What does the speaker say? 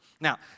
Now